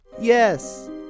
Yes